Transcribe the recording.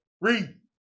Read